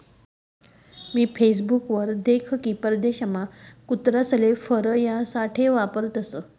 मी Facebook वर देख की परदेशमा कुत्रासले फर यासाठे वापरतसं